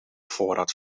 voorraad